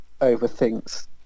overthinks